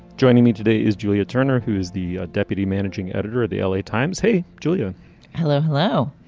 joining me today is julia turner, who is the deputy managing editor of the l a. times. hey, julia hello. hello.